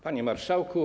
Panie Marszałku!